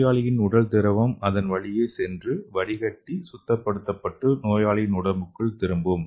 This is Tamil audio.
நோயாளியின் உடல் திரவம் அதன் வழியே சென்று வடிகட்டி சுத்தப்படுத்தப்பட்டு நோயாளின் உடலுக்குள் திரும்பும்